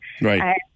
Right